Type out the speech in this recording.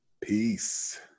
Peace